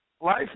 life